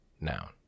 Noun